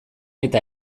eta